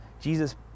Jesus